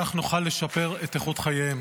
כך נוכל לשפר את איכות חייהם.